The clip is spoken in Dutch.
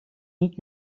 niet